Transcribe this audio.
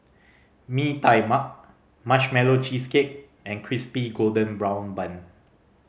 Mee Tai Mak Marshmallow Cheesecake and Crispy Golden Brown Bun